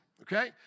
Okay